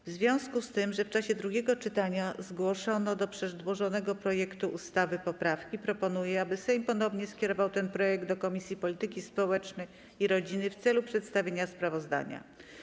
W związku z tym, że w czasie drugiego czytania zgłoszono do przedłożonego projektu ustawy poprawki, proponuję, aby Sejm ponownie skierował ten projekt do Komisji Polityki Społecznej i Rodziny w celu przedstawienia sprawozdania.